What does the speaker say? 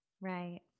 right